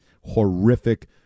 Horrific